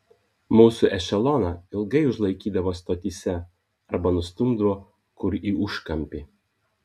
mūsų ešeloną ilgai užlaikydavo stotyse arba nustumdavo kur į užkampį